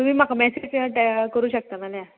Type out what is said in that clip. तुमी म्हाका टा मॅसेज करूं शकता नाल्या